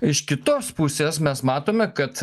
iš kitos pusės mes matome kad